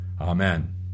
Amen